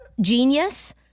genius